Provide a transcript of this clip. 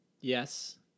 yes